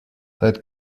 that